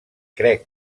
crec